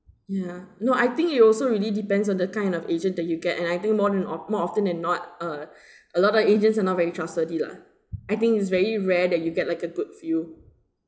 ya no I think it also really depends on the kind of agent that you get and I think more than of~ more often than not uh a lot of agents are not very trustworthy lah I think it's very rare that you get like a good few